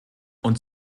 und